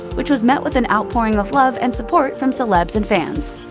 which was met with an outpouring of love and support from celebs and fans.